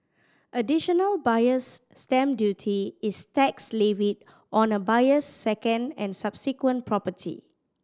Additional Buyer's Stamp Duty is tax levied on a buyer's second and subsequent property